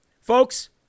Folks